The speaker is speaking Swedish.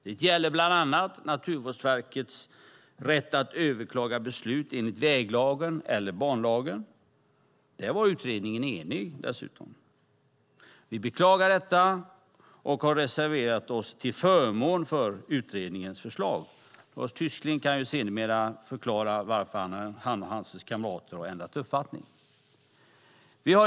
Det gäller bland annat Naturvårdsverkets rätt att överklaga beslut enligt väglagen eller banlagen; där var utredningen dessutom enig. Lars Tysklind kan senare förklara varför han och hans kamrater har ändrat uppfattning. Vi beklagar detta och har reserverat oss till förmån för utredningens förslag.